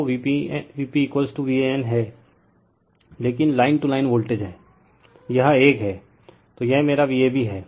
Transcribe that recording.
तो VpVAN है लेकिन लाइन टू लाइन वोल्टेज है रिफर टाइम 1343 यह एक है तो यह मेरा Vab है